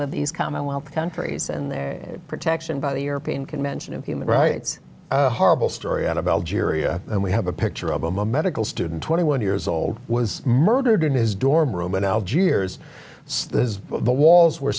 with these commonwealth countries and their protection by the european convention of human rights horrible story out of algeria and we have a picture of a medical student twenty one years old was murdered in his dorm room in algiers is the walls were